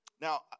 Now